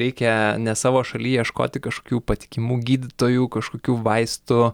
reikia ne savo šaly ieškoti kažkokių patikimų gydytojų kažkokių vaistų